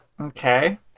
Okay